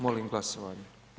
Molim glasovanje.